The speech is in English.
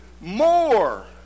more